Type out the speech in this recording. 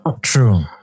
True